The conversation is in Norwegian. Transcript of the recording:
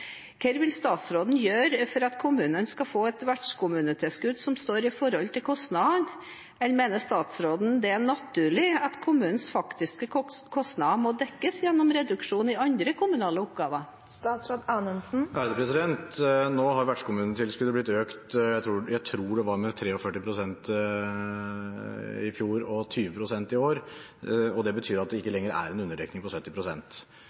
Hva vil statsråden gjøre for at kommunen skal få et vertskommunetilskudd som står i forhold til kostnaden? Eller mener statsråden at det er naturlig at kommunens faktiske kostnad må dekkes gjennom reduksjon i andre kommunale oppgaver? Nå har vertskommunetilskuddet blitt økt med 43 pst. i fjor og 20 pst. i år. Det betyr at det ikke lenger er en underdekning på